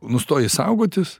nustoji saugotis